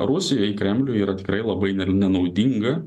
rusijoj kremliui yra tikrai labai ne nenaudinga